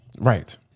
Right